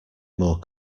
more